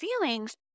feelings